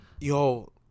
Yo